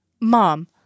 Mom